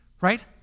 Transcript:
right